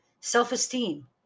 self-esteem